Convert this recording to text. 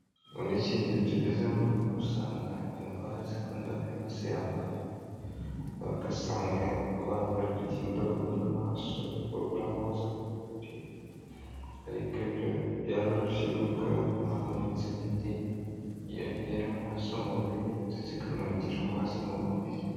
Muri iki igihe tugezemo usanga indwara zikunda kwibasira abantu, ugasanga abantu bari kugenda babura amaraso, babura amazi mu mubiri, ariko byaroroshye kuko habonetse imiti yongera amaraso mu mubiri ndetse ikanongera amazi mu mubiri.